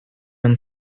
and